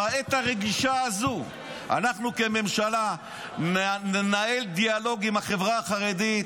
בעת הרגישה הזאת אנחנו כממשלה ננהל דיאלוג עם החברה החרדית,